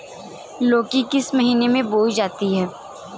लौकी किस महीने में बोई जाती है?